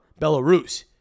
Belarus